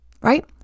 Right